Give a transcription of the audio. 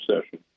session